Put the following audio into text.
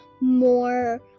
more